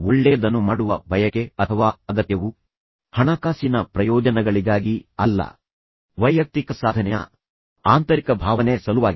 ಒಳ್ಳೆಯದನ್ನು ಮಾಡುವ ಬಯಕೆ ಅಥವಾ ಅಗತ್ಯವು ಹಣಕಾಸಿನ ಪ್ರಯೋಜನಗಳಿಗಾಗಿ ಅಲ್ಲ ವೈಯಕ್ತಿಕ ಸಾಧನೆಯ ಆಂತರಿಕ ಭಾವನೆ ಸಲುವಾಗಿ